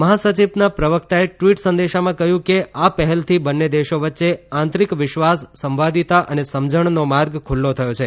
મહાસચિવના પ્રવકતાએ ટવીટ સંદેશામાં કહ્યું છે કે આ પહેલથી બંને દેશો વચ્ચે આંતરિક વિશ્વાસ સંવાદિતા અને સમજણનો માર્ગ ખુલ્લો થયો છે